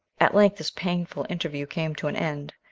at length this painful interview came to an end.